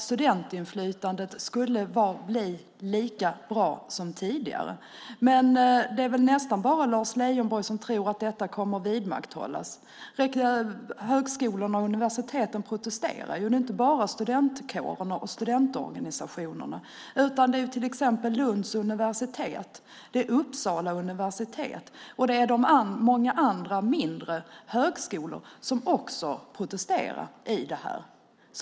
Studentinflytandet skulle bli lika bra som tidigare. Det är nästan bara Lars Leijonborg som tror att detta kommer att vidmakthållas. Högskolorna och universiteten protesterar. Det är inte bara studentkårerna och studentorganisationerna som har gjort det. Lunds universitet, Uppsala universitet och många andra mindre högskolor har också protesterat mot detta.